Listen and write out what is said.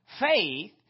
Faith